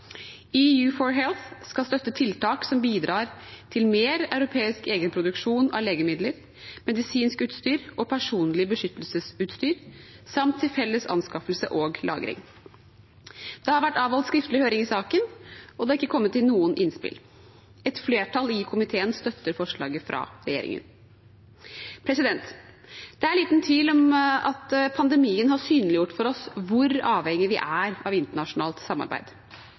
skal støtte tiltak som bidrar til mer europeisk egenproduksjon av legemidler, medisinsk utstyr og personlig beskyttelsesutstyr samt til felles anskaffelse og lagring. Det har vært avholdt skriftlig høring i saken, og det er ikke kommet inn noen innspill. Et flertall i komiteen støtter forslaget fra regjeringen. Det er liten tvil om at pandemien har synliggjort for oss hvor avhengig vi er av internasjonalt samarbeid.